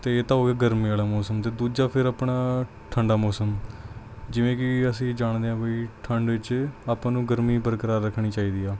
ਅਤੇ ਇਹ ਤਾਂ ਹੋ ਗਿਆ ਗਰਮੀ ਵਾਲਾ ਮੌਸਮ ਅਤੇ ਦੂਜਾ ਫਿਰ ਆਪਣਾ ਠੰਢਾ ਮੌਸਮ ਜਿਵੇਂ ਕਿ ਅਸੀਂ ਜਾਣਦੇ ਹਾਂ ਵੀ ਠੰਢ ਵਿੱਚ ਆਪਾਂ ਨੂੰ ਗਰਮੀ ਬਰਕਰਾਰ ਰੱਖਣੀ ਚਾਹੀਦੀ ਆ